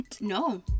No